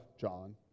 John